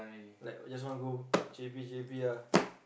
like we just want go J_B J_B ah